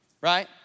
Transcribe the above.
right